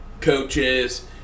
coaches